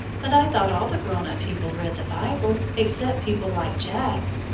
but i thought all the grown-up people read the bible, except people like jack.